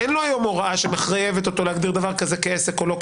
אין לו היום הוראה שמחייבת אותו להגדיר דבר כזה כעסק או לא כעסק?